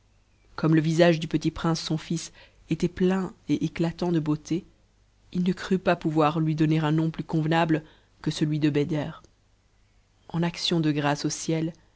comme le visage du petit prince son fils était plein m éclatant de beauté il ne crut pas pouvoir lui donner un nom plus conveuable que celui de beder en action de grâce au ciel